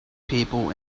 people